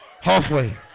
halfway